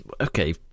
okay